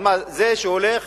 על זה שהוא הולך